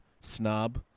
snob